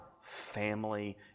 family